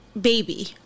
baby